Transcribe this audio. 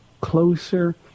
closer